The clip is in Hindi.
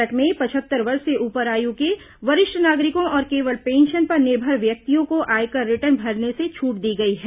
बजट में पचहत्तर वर्ष से ऊपर आयु के वरिष्ठ नागरिकों और केवल पेंशन पर निर्भर व्यक्तियों को आयकर रिटर्न भरने से छूट दी गई है